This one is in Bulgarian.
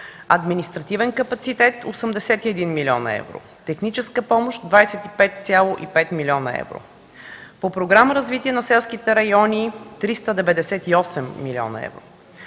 „Административен капацитет” – 81 млн. евро; „Техническа помощ” – 25,5 млн. евро; по Програма „Развитие на селските райони” – 398 млн. евро;